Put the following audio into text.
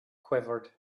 quivered